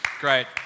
great